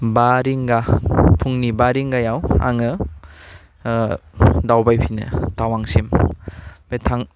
बा रिंगा फुंनि बा रिंगायाव आङो ओह दावबायफिनो टावांसिम बे थां